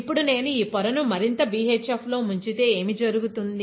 ఇప్పుడు నేను ఈ పొరను మరింత BHF లో ఉంచితే ఏమి జరుగుతుంది